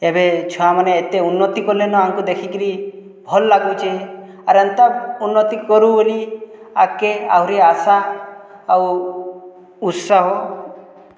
ଏବେ ଛୁଆମାନେ ଏତେ ଉନ୍ନତି କଲେନ ଆମ୍କୁ ଦେଖିକରି ଭଲ୍ ଲାଗୁଛେ ଆର୍ ଏନ୍ତା ଉନ୍ନତି କରୁ ବଲି ଆଗ୍କେ ଆହୁରି ଆଶା ଆଉ ଉତ୍ସାହ